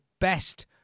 best